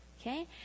Okay